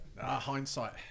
hindsight